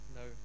no